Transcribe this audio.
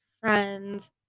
friends